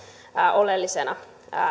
oleellisena